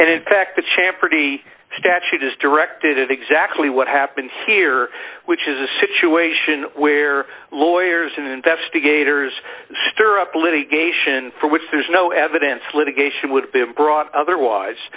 champ pretty statute is directed at exactly what happened here which is a situation where lawyers and investigators stir up litigation for which there's no evidence litigation would have been brought otherwise